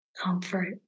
comfort